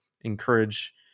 encourage